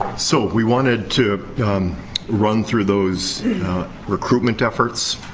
so, we wanted to run through those recruitment efforts.